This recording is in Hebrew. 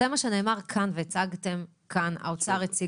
זה מה שנאמר כאן והצגתם כאן, האוצר הציג כאן.